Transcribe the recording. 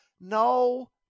no